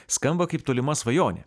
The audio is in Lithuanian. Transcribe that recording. skamba kaip tolima svajonė